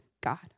God